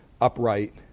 upright